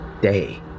day